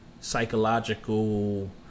psychological